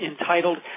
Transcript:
entitled